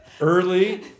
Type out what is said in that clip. Early